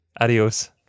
Adios